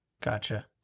Gotcha